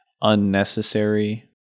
unnecessary